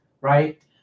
right